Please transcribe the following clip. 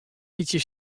bytsje